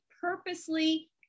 purposely